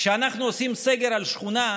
כשאנחנו עושים סגר על שכונה,